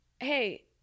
Hey